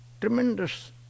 Tremendous